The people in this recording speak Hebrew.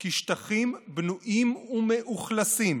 כי שטחים בנויים ומאוכלסים